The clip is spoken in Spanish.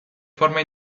forma